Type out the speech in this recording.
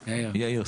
יאיר.